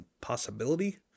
possibility